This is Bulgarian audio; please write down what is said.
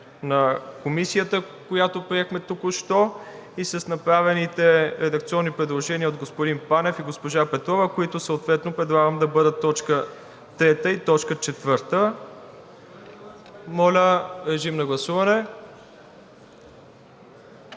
на Комисията, която приехме току-що, и с направените редакционни предложения от господин Панев и госпожа Петрова, които съответно предлагам да бъдат т. 3 и т. 4. Моля, режим на гласуване.